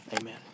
Amen